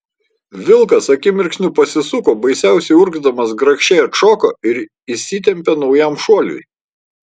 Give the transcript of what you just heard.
vilkas akimirksniu pasisuko baisiausiai urgzdamas grakščiai atšoko ir įsitempė naujam šuoliui